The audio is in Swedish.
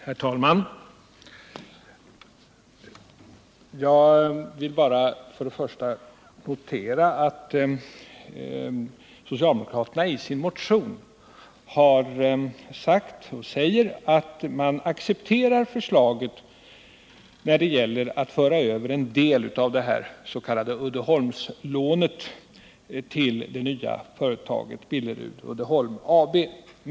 Herr talman! Jag vill bara notera att socialdemokraterna i sin motion har sagt att man accepterar förslaget om att föra över en del av det s.k. Uddeholmslånet till det nya företaget Billerud-Uddeholm AB.